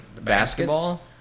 Basketball